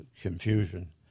confusion